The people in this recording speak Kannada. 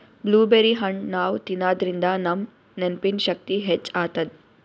ಬ್ಲೂಬೆರ್ರಿ ಹಣ್ಣ್ ನಾವ್ ತಿನ್ನಾದ್ರಿನ್ದ ನಮ್ ನೆನ್ಪಿನ್ ಶಕ್ತಿ ಹೆಚ್ಚ್ ಆತದ್